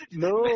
no